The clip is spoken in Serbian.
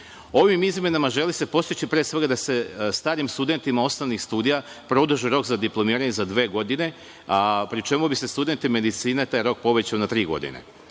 izmenama se želi postići pre svega da se starim studentima osnovnih studija produži rok za diplomiranje za dve godine, pri čemu bi se studentima sa medicine taj rok povećao za tri godine.